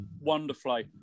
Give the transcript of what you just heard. wonderfully